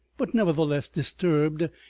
but nevertheless disturbed,